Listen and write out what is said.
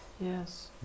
yes